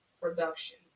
production